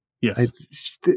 Yes